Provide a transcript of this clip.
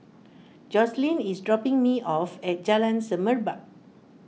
Jocelyn is dropping me off at Jalan Semerbak